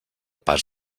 pas